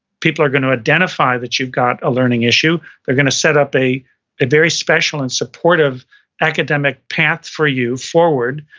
people are gonna identify that you've got a learning issue, they're gonna set up a a very special and supportive academic path for you forward.